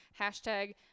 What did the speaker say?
Hashtag